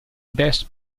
best